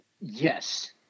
Yes